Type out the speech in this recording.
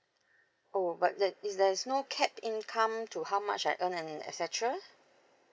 oh but that is there's no cap income to how much I earn and et cetera